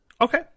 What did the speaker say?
Okay